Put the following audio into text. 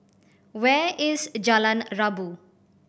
where is Jalan Rabu